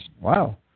Wow